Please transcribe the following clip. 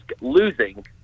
losing